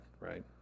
right